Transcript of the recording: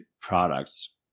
products